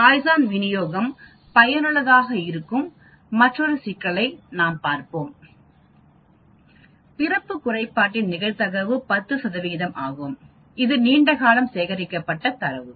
poison விநியோகம் பயனுள்ளதாக இருக்கும் மற்றொரு சிக்கலைப் பார்ப்போம் பிறப்பு குறைபாட்டின் நிகழ்தகவு 10 ஆகும் இது நீண்ட காலம் சேகரிக்கப்பட்ட தரவு